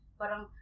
parang